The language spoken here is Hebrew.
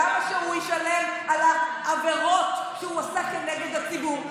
למה שהוא ישלם על העבירות שהוא עשה כנגד הציבור?